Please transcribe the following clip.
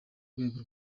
rwego